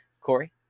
Corey